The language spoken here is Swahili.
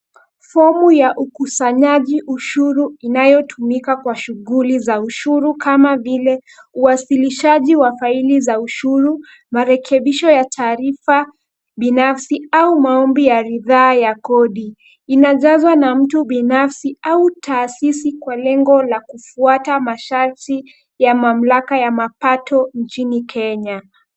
Fomu ya ukasanyaji ushuru inayotumika kwa shughuli za ushuru kama vile uwasilishaji wa faili za ushuru, marekebisho ya taarifa binafsi au maombi ya ridhaa ya kodi. Inajazwa na mtu binafsi au taasisi kwa lengo la kufuata masharti ya mamlaka ya mapato nchini Kenya.